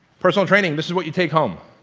personal training this is what you take home